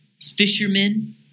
fishermen